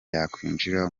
yakwinjira